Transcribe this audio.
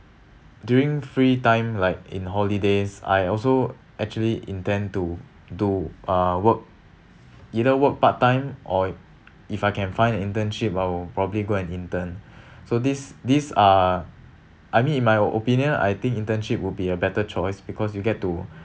during free time like in holidays I also actually intend to do uh work either work part time or if I can find a internship I'll probably go and intern so this these are I mean in my opinion I think internship would be a better choice because you get to